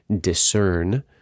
discern